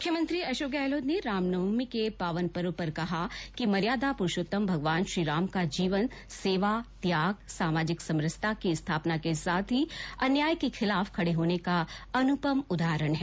मुख्यमंत्री अशोक गहलोत ने रामनवमी के पावन पर्व पर कहा है कि मर्यादा पुरूषोत्तम भगवान श्रीराम का जीवन सेवा त्याग सामाजिक समरसता की स्थापना के साथ ही अन्याय के खिलाफ खड़े होने का अनुपम उदाहरण है